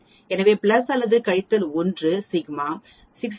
எனவே பிளஸ் அல்லது கழித்தல் 1 சிக்மா 68